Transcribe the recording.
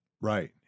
Right